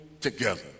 together